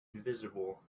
invisible